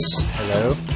Hello